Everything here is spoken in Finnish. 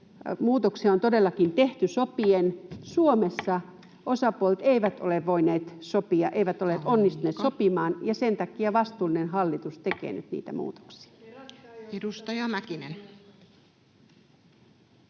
muutoksia on todellakin tehty sopien. Suomessa osapuolet eivät ole voineet sopia, eivät ole onnistuneet sopimaan, [Puhemies: Aika!] ja sen takia vastuullinen hallitus tekee nyt niitä muutoksia. [Eveliina